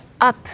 up